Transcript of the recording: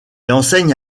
enseigne